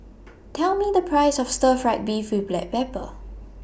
Tell Me The Price of Stir Fry Beef with Black Pepper